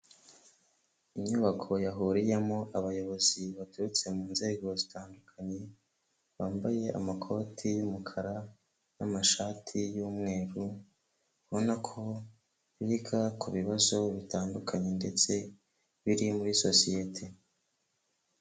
Inyubako yahuriyemo abayobozi baturutse mu nzego zitandukanye bambaye amakoti y'umukara n'amashati y'umweru ubonako biga ku bibazo bitandukanye ndetse biri muri sosiyete.